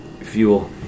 Fuel